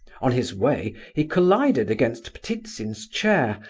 on his way he collided against ptitsin's chair,